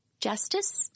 justice